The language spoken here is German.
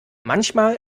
manchmal